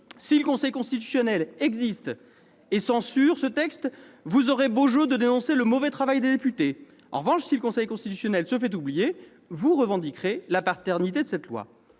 Si le Conseil constitutionnel existe et censure ce texte, vous aurez beau jeu de dénoncer le mauvais travail des députés. En revanche, si le Conseil constitutionnel se fait oublier, vous revendiquerez la paternité de cette loi